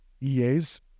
EAs